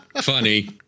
Funny